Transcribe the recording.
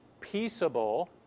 peaceable